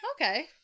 okay